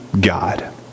God